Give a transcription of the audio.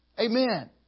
Amen